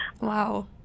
Wow